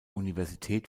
universität